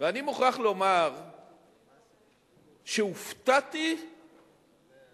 ואני מוכרח לומר שהופתעתי מהאחריות